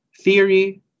theory